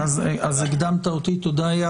תודה.